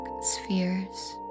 spheres